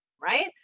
Right